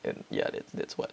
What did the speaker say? and ya that that's what